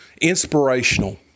inspirational